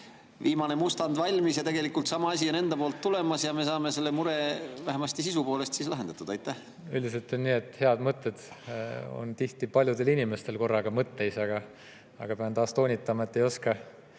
viimane mustand valmis ja tegelikult sama asi on teilt tulemas ja me saame selle mure vähemasti sisu poolest lahendatud. Üldiselt on nii, et head mõtted on tihti paljudel inimestel korraga peas, aga pean taas toonitama, et ei oska